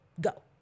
go